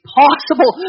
possible